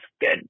good